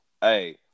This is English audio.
Hey